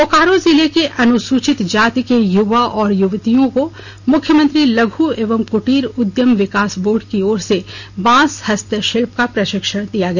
बोकारो जिले के अनुसूचित जाति के युवा और युवतियों को मुख्यमंत्री लघु एवं कुटीर उद्यम विकास बोर्ड की ओर से बांस हस्तशिल्प का प्रशिक्षण दिया गया